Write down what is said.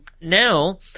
now